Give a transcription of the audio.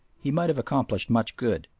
he might have accomplished much good.